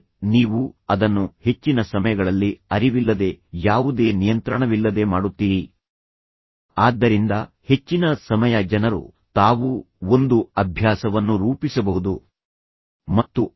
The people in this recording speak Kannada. ಆದರೆ ನೀವು ಅದನ್ನು ಹೆಚ್ಚಿನ ಸಮಯಗಳಲ್ಲಿ ಅರಿವಿಲ್ಲದೆ ಯಾವುದೇ ನಿಯಂತ್ರಣವಿಲ್ಲದೆ ಮಾಡುತ್ತೀರಿ ಆದ್ದರಿಂದ ಹೆಚ್ಚಿನ ಸಮಯ ಜನರು ತಾವು ಒಂದು ಅಭ್ಯಾಸವನ್ನು ರೂಪಿಸಬಹುದು ಮತ್ತು ಅದನ್ನು ಸುಲಭವಾಗಿ ಮುರಿಯಬಹುದು ಎಂದು ಭಾವಿಸುತ್ತಾರೆ